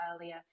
earlier